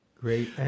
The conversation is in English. Great